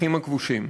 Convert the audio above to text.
בשטחים הכבושים.